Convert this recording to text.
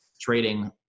trading